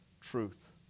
truth